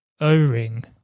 O-ring